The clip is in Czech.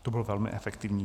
To bylo velmi efektivní.